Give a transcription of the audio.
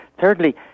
Thirdly